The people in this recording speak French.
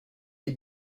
est